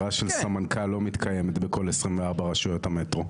כהערה של סמנכ"ל לא מתקיימת בכל 24 הרשויות המטרו.